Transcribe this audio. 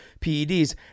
PEDs